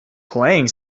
playing